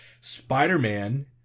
Spider-Man